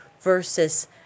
versus